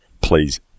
please